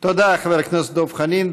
תודה, חבר הכנסת דב חנין.